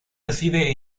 reside